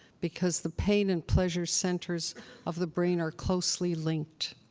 because the pain and pleasure centers of the brain are closely linked.